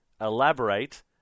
elaborate